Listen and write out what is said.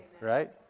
right